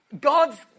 God's